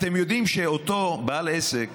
אתם יודעים שאותו בעל עסק